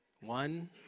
one